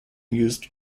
used